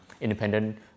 independent